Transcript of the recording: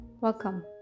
welcome